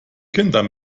kinder